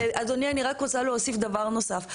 אדוני, אני רק רוצה להוסיף דבר נוסף.